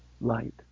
light